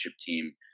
team